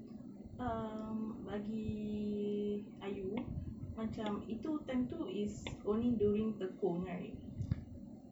um bagi ayu macam itu time itu is only during tekong right